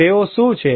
તેઓ શું છે